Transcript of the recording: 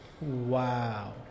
Wow